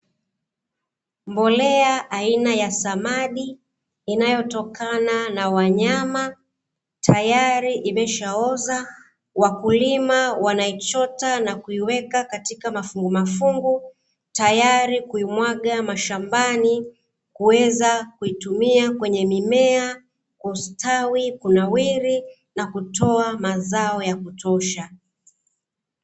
Mbolea aina ya samadi, inayotokana na wanyama tayari imeshaoza. Wakulima wanaichota na kuiweka kwenye mafungumafungu, tayari kuimwaga mashambani kuweza kuitumia kwenye mimea kustawi, kunawiri na kutoa mazao yakutosha.